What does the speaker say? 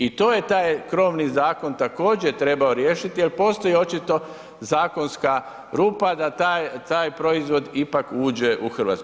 I to je taj krovni zakon također trebao riješiti, al postoji očito zakonska rupa da taj proizvod ipak uđe u RH.